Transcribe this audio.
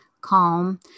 calm